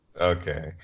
Okay